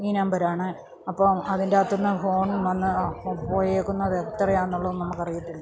ഈ നമ്പർ ആണ് അപ്പോൾ അതിൻറെ അകത്ത് നിന്ന് ഫോൺ വന്ന് പോയിരിക്കുന്നത് എത്രയാണ് എന്നുള്ളതൊന്നും നമുക്ക് അറിയില്ല